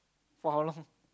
for how long